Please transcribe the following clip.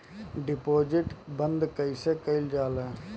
Deposit बंद कैसे कैल जाइ?